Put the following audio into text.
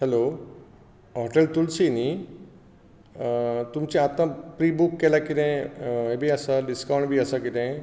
hello hotel Tulsi न्ही तुमचे आतां प्री बूक केल्या कितें हें बी आसा डिसकावण्ट बी आसा कितें